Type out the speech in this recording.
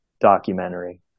documentary